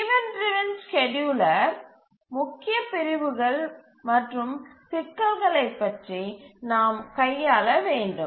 event driven scheduler முக்கிய பிரிவுகள் மற்றும் சிக்கல்களைக் பற்றி நாம் கையாள வேண்டும்